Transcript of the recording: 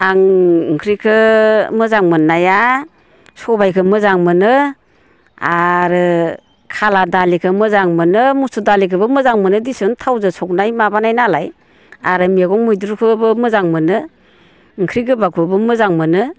आं ओंख्रिखौ मोजां मोननाया सबाइखौ मोजां मोनो आरो खाला दालिखौ मोजां मोनो मुसुर दालिखौबो मोजां मोनो दिसुन थावजों संनाय माबानाय नालाय आरो मैगं मैद्रुखौबो मोजां मोनो ओंख्रि गोबाबखौबो मोजां मोनो